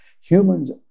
Humans